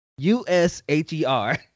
U-S-H-E-R